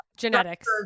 genetics